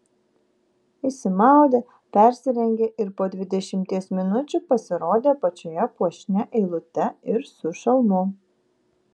išsimaudė persirengė ir po dvidešimties minučių pasirodė apačioje puošnia eilute ir su šalmu